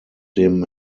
dem